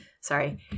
sorry